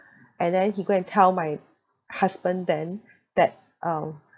and then he go and tell my husband then that um